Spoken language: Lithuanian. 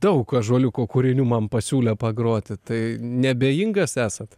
daug ąžuoliuko kūrinių man pasiūlė pagroti tai neabejingas esat